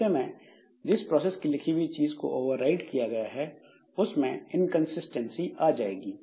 ऐसे में जिस प्रोसेस की लिखी हुई चीज को ओवरराइट किया गया है उसमें इनकंसिस्टेंसी आ जाएगी